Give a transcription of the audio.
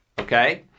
Okay